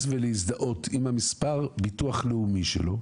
ולהזדהות עם המספר ביטוח לאומי שלו,